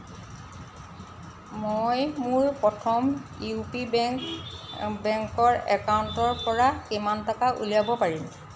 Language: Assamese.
মই মোৰ প্ৰথম ইউ পি বেংক বেংকৰ একাউণ্টৰপৰা কিমান টকা উলিয়াব পাৰিম